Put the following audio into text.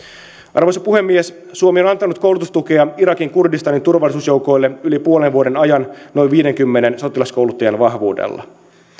arvoisa puhemies suomi on antanut koulutustukea irakin kurdistanin turvallisuusjoukoille yli puolen vuoden ajan noin viidenkymmenen sotilaskouluttajan vahvuudella